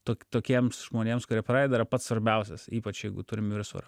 to tokiems žmonėms kurie pradeda yra pats svarbiausias ypač jeigu turim viršsvorio